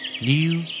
New